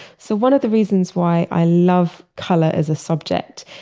so one of the reasons why i love color as a subject,